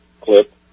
clip